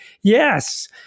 Yes